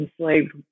enslaved